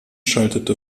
schaltete